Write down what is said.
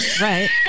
Right